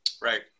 Right